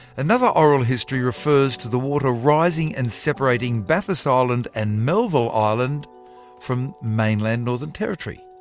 another oral history refers to the water rising and separating bathurst ah island and melville island from mainland northern territory.